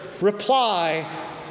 reply